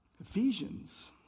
Ephesians